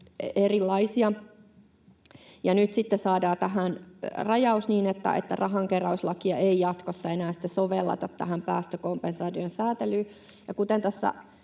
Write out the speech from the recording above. erilaisia. Nyt saadaan tähän rajaus niin, että rahankeräyslakia ei jatkossa enää sitten sovelleta tähän päästökompensaation sääntelyyn.